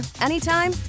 anytime